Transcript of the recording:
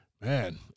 Man